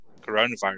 coronavirus